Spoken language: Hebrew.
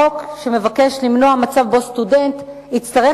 זה חוק שמבקש למנוע מצב שבו סטודנט יצטרך